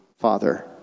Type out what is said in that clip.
Father